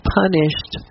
punished